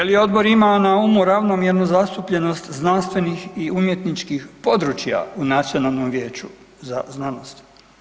Je li odbor imao na umu ravnomjernu zastupljenost znanstvenih i umjetničkih područja u Nacionalnom vijeću za znanost?